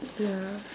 ya